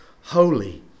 holy